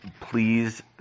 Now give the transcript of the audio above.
please